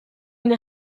une